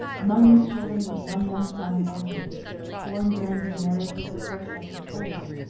among these children was one young son of antony's, born during his marriage with her predecessor fulvia.